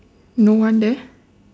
no one there